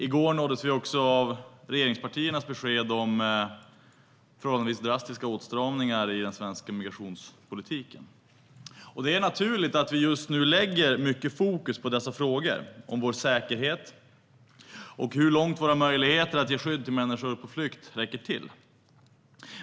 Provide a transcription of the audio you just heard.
I går nåddes vi också av regeringspartiernas besked om förhållandevis drastiska åtstramningar i den svenska migrationspolitiken. Det är naturligt att vi just nu lägger mycket fokus på dessa frågor om vår säkerhet och hur långt våra möjligheter att ge skydd till människor på flykt räcker.